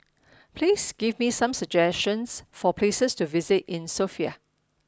please give me some suggestions for places to visit in Sofia